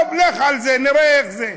טוב, לך על זה, נראה איך זה.